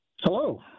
Hello